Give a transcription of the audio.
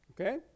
Okay